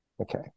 Okay